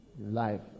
life